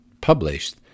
published